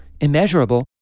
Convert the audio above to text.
Immeasurable